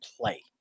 play